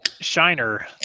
Shiner